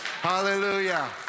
hallelujah